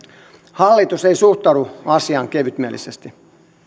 hallitus ei suhtaudu asiaan kevytmielisesti